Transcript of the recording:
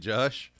Josh